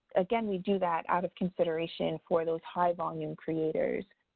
again, we do that out of consideration for those high-volume creators.